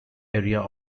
area